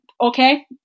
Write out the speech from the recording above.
Okay